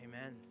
amen